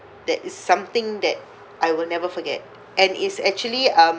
that is something that I will never forget and is actually um